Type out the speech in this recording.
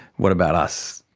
what about us,